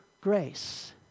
grace